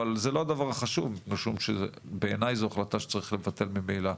אבל זה לא הדבר החשוב משום שבעיניי זו החלטה שצריך לבטל ממילא.